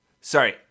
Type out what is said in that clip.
Sorry